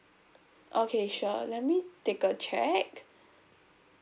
okay sure let me take a check